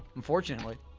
unfortunately